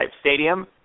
Stadium